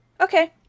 Okay